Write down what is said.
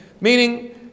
Meaning